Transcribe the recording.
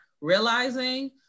realizing